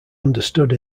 understood